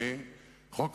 אני לא יודע אם